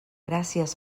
gràcies